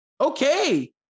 Okay